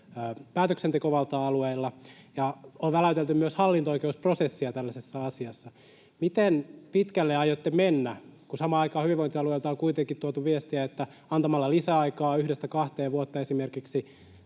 päätöksentekovaltaa alueilla? On väläytelty myös hallinto-oikeusprosessia tällaisessa asiassa. Miten pitkälle aiotte mennä, kun samaan aikaan hyvinvointialueilta on kuitenkin tuotu viestejä, että antamalla lisäaikaa esimerkiksi yhdestä kahteen vuotta tämä